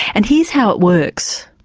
and here's how it works.